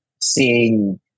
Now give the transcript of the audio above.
seeing